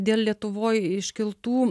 dėl lietuvoj iškeltų